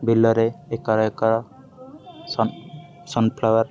ବିଲରେ ଏକା acre sun sunflower